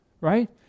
right